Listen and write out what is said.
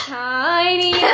tiny